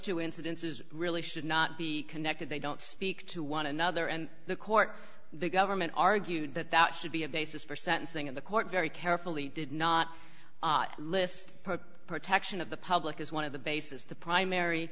two incidences really should not be connected they don't speak to one another and the court the government argued that that should be a basis for sentencing and the court very carefully did not list protection of the public as one of the basis the primary